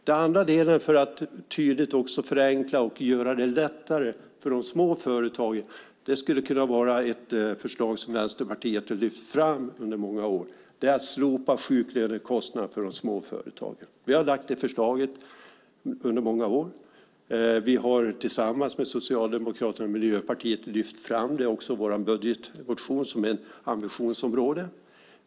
Den andra delen för att tydligt förenkla och göra det lättare för de små företagen skulle kunna vara ett förslag som Vänsterpartiet har lyft fram under många år, och det är att slopa sjuklönekostnaden för de små företagen. Vi har lagt fram det förslaget under många år. Vi har tillsammans med Socialdemokraterna och Miljöpartiet lyft fram det som ett ambitionsområde också i vår budgetmotion.